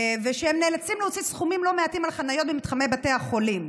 שהם נאלצים להוציא סכומים לא מעטים על חניות במתחמי בתי החולים.